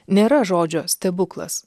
nėra žodžio stebuklas